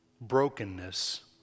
brokenness